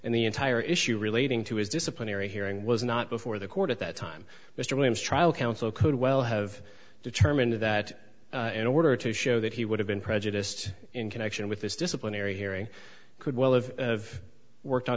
in the entire issue relating to his disciplinary hearing was not before the court at that time mr williams trial counsel could well have determined that in order to show that he would have been prejudiced in connection with this disciplinary hearing could well have worked on